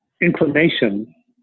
inclination